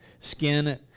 skin